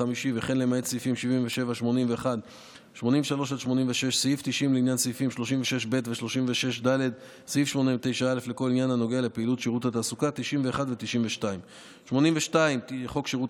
81. חוק שירות